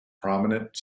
prominent